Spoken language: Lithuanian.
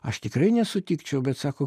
aš tikrai nesutikčiau bet sako